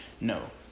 No